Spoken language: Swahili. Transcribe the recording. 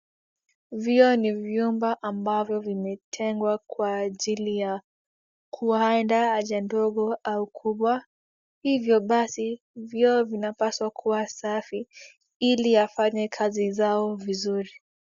Vyoo ni vyumba ambavyo vimetengwa kwa ajili ya kueda haja ndogo au kubwa. Hivyo basi vyoo vinapaswa kuwa safi ili afanye kazi zao vizuri.